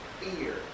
fear